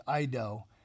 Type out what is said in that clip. Ido